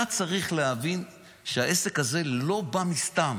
אתה צריך להבין שהעסק הזה לא בא מסתם.